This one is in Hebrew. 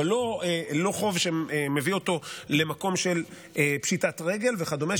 אבל לא חוב שמביא אותו למקום של פשיטת רגל וכדומה,